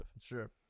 Sure